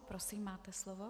Prosím, máte slovo.